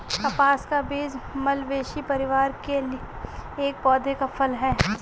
कपास का बीज मालवेसी परिवार के एक पौधे का फल है